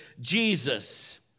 Jesus